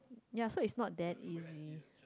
ya so is not that easy